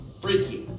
freaky